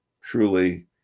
truly